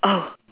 oh